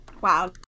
Wow